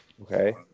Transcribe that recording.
Okay